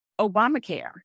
Obamacare